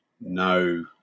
no